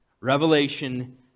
Revelation